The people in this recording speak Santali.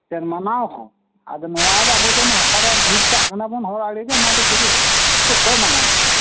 ᱥᱮ ᱢᱟᱱᱟᱣᱟ ᱠᱚ ᱟᱫᱚ ᱱᱚᱣᱟ ᱫᱚ ᱟᱵᱚ ᱫᱚ ᱦᱟᱥᱟ ᱨᱮᱱᱟᱜ ᱰᱷᱤᱯ ᱠᱟᱜ ᱠᱟᱱᱟᱵᱚᱱ ᱦᱚᱨ ᱟᱲᱮᱨᱮ ᱱᱚᱣᱟ ᱜᱮ ᱥᱮ ᱪᱮᱫ ᱠᱚ ᱢᱟᱱᱟᱣᱟ ᱦᱚᱲ